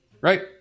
Right